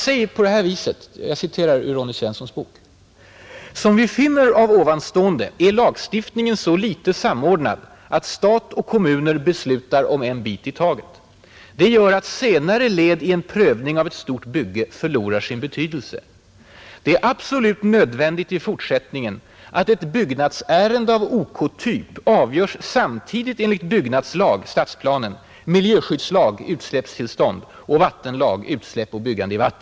Ronny Svensson skriver i sin bok: ”Som vi finner av ovanstående är lagstiftningen så litet samordnad att stat och kommuner beslutar om en bit i taget. Det gör att senare led i en prövning av ett stort bygge förlorar sin betydelse... Det är absolut nödvändigt i fortsättningen att ett byggnadsärende av OK-typ avgörs samtidigt enligt byggnadslag , miljöskyddslag och vattenlag .